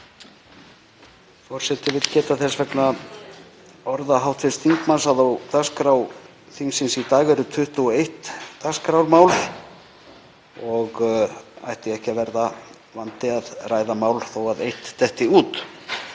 Forseti vill geta þess, vegna orða hv. þingmanns, að á dagskrá þingsins í dag eru 21 dagskrármál og ætti ekki að verða vandi að ræða mál þó að eitt